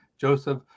Joseph